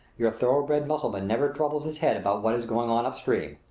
your thoroughbred mussulman never troubles his head about what is going on up-stream.